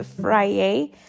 Friday